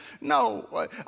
No